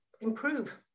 improve